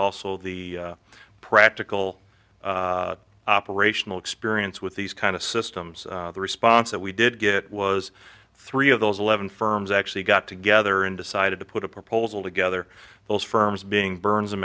also the practical operational experience with these kind of systems the response that we did get was three of those eleven firms actually got together and decided to put a proposal together those firms being byrne's and